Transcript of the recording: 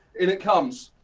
it it comes,